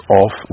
off